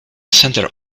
center